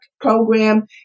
program